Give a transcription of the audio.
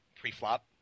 pre-flop